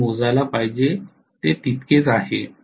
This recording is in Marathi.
आपण मोजायला पाहिजे तितकेच आहे